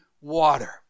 water